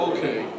Okay